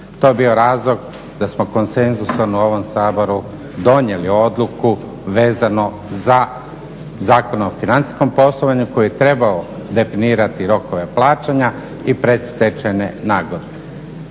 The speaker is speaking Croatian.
To je bio razlog da smo konsenzusom u ovom Saboru donijeli odluku vezano za Zakon o financijskom poslovanju koji je trebao definirati rokove plaćanja i predstečajne nagodbe.